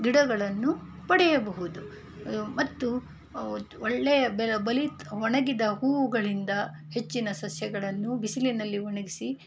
ಗಿಡಗಳನ್ನು ಪಡೆಯಬಹುದು ಮತ್ತು ಒಳ್ಳೆಯ ಬಲಿತ ಒಣಗಿದ ಹೂಗಳಿಂದ ಹೆಚ್ಚಿನ ಸಸ್ಯಗಳನ್ನು ಬಿಸಿಲಿನಲ್ಲಿ ಒಣಗಿಸಿ